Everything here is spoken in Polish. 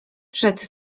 przed